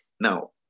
Now